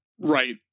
right